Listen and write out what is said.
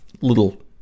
little